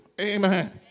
Amen